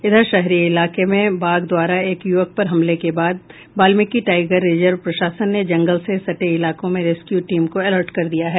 इधर शहरी इलाके में बाघ द्वारा एक यूवक पर हमले के बाद बाल्मिकी टाईगर रिजर्व प्रशासन ने जंगल से सटे इलाकों में रेस्क्यू टीम को अलर्ट कर दिया है